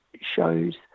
shows